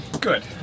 Good